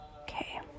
Okay